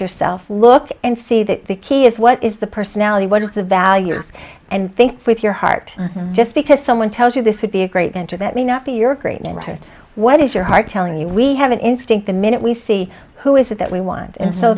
yourself look and see that the key is what is the personality what is the value and think with your heart just because someone tells you this would be a great mentor that may not be your great aunt or what is your heart telling you we have an instinct the minute we see who is it that we want and so